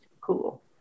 Cool